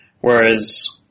Whereas